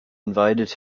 invited